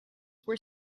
were